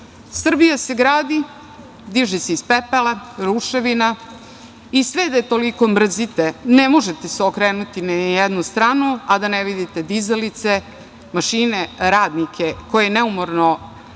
narodu. Srbija se gradi, diže se iz pepela, ruševina i sve da je toliko mrzite ne možete se okrenuti ni na jednu stranu, a da ne vidite dizalice, mašine, radnike koji neumorno